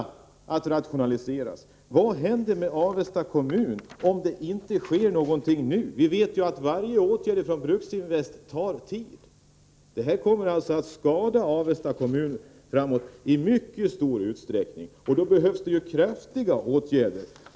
Vad händer med Avesta kommun, om det inte sker någonting nu? Vi vet att varje åtgärd från Bruksinvest tar tid. Det som i dag händer kommer framöver att skada Avesta kommun i mycket stor utsträckning. Därför behövs det kraftfulla åtgärder.